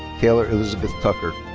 taylor elizabeth tucker.